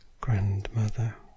grandmother